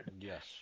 Yes